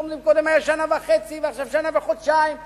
אומרים שקודם היה שנה וחצי ועכשיו שנה וחודשיים וכו'